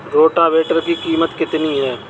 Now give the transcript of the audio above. Rotavator की कीमत कितनी है?